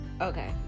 okay